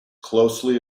closely